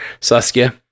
Saskia